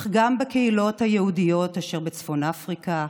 אך גם בקהילות היהודיות אשר בצפון אפריקה,